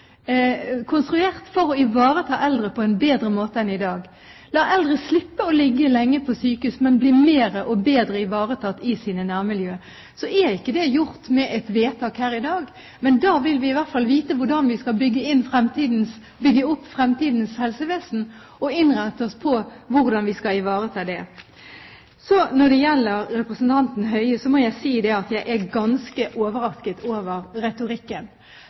konstruert for å ivareta eldre på en bedre måte enn i dag, la eldre slippe å ligge lenge på sykehus, men bli mer og bedre ivaretatt i sine nærmiljø. Det er ikke gjort med et vedtak her i dag, men da vil vi i hvert fall vite hvordan vi skal bygge opp fremtidens helsevesen, og kan innrette oss på hvordan vi skal ivareta det. Når det så gjelder representanten Høie, må jeg si at jeg er ganske overrasket over retorikken.